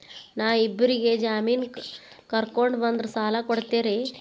ನಾ ಇಬ್ಬರಿಗೆ ಜಾಮಿನ್ ಕರ್ಕೊಂಡ್ ಬಂದ್ರ ಸಾಲ ಕೊಡ್ತೇರಿ?